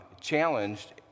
challenged